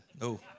no